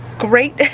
great.